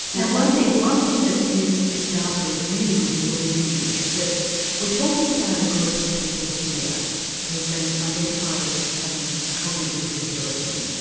now one thing one thing that this data is really revealing to you. is that we're talking about a group of people here who have been identified as having a cognitive disability,